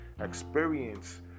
experience